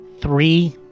Three